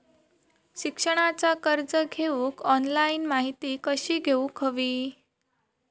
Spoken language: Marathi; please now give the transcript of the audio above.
शिक्षणाचा कर्ज घेऊक ऑनलाइन माहिती कशी घेऊक हवी?